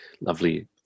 lovely